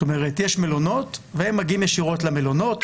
זאת אומרת יש מלונות והם מגיעים ישירות למלונות,